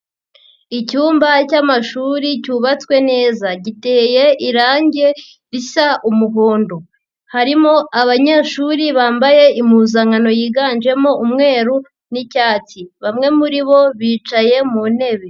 Icyumba cy'amashuri cyubatswe neza. Giteye irangi risa umuhondo. Harimo abanyeshuri bambaye impuzankano yiganjemo umweru n'icyatsi. Bamwe muri bo bicaye mu ntebe.